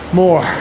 more